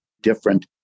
different